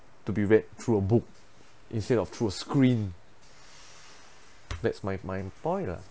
to be read through a book instead of through a screen that's my my point lah